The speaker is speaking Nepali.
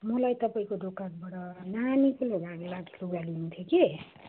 मलाई तपाईँको दोकानबाट नानीको लागि लागि लुगा लिनु थियो कि